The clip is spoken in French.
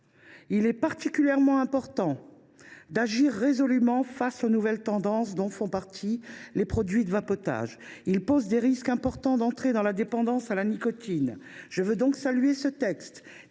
Il est particulièrement important d’agir résolument face aux nouvelles tendances, dont font partie les produits de vapotage. Ils posent des risques importants d’entrée dans la dépendance à la nicotine. « Je veux donc saluer ce texte,